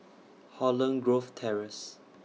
Holland Grove Terrace